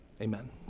Amen